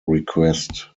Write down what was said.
request